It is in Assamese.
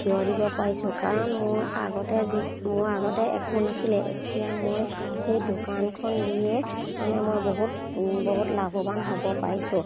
থিয় দিব পাৰিছোঁ কাৰণ মোৰ আগতে যি মোৰ আগতে একো নাছিলে এতিয়া মই সেই দোকানখন দিয়ে মানে মই বহুত বহুত লাভৱান হ'ব পাৰিছোঁ